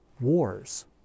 wars